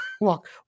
Walk